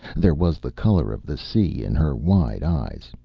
there was the color of the sea in her wide eyes.